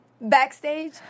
backstage